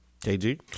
KG